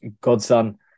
godson